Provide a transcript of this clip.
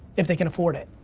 if they can afford it,